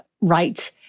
right